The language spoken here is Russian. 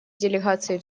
делегаций